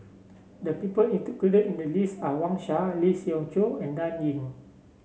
the people in the list are Wang Sha Lee Siew Choh and Dan Ying